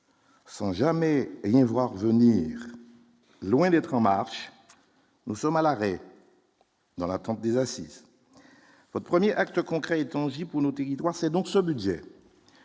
Sans jamais rien voir venir, loin d'être en marche, nous sommes à l'arrêt. Dans l'attente des assises 1er acte concret et tangible pour nos territoires, c'est donc ce budget.